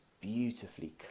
beautifully